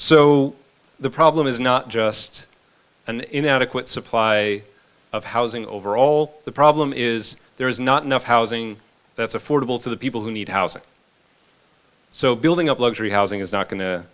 so the problem is not just an inadequate supply of housing overall the problem is there is not enough housing that's affordable to the people who need housing so building up luxury housing is not going to